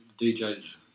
DJs